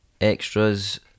Extras